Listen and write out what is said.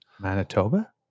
Manitoba